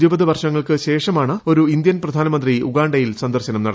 ഇരുപത് വർഷങ്ങൾക്ക് ശേഷമാണ് ഒരു ഇന്ത്യൻ പ്രധാനമന്ത്രി ഉഗാണ്ടയിൽ സന്ദർശനം നടത്തുന്നത്